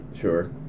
Sure